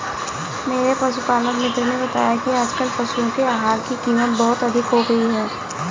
मेरे पशुपालक मित्र ने बताया कि आजकल पशुओं के आहार की कीमत बहुत अधिक हो गई है